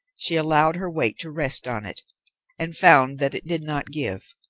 she allowed her weight to rest on it and found that it did not give,